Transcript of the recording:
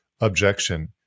objection